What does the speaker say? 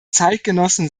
zeitgenossen